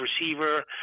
receiver